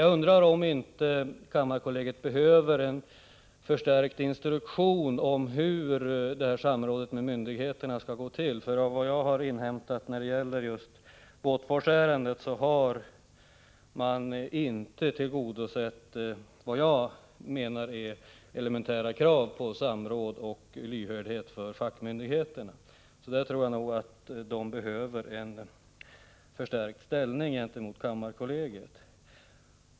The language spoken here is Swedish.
Jag undrar dock om inte kammarkollegiet behöver en förstärkt instruktion om hur samråden med myndigheterna skall gå till. Enligt vad jag har inhämtat när det gäller just Båtforsärendet har man inte tillgodosett vad jag menar är elementära krav på samråd och lyhördhet för fackmyndigheterna. Jag tror att de behöver en förstärkt ställning gentemot kammarkollegiet.